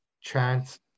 Chance